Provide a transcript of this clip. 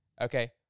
Okay